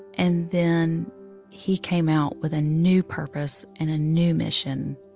and then he came out with a new purpose and a new mission.